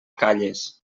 calles